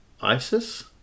Isis